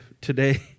today